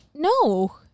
No